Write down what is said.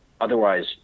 Otherwise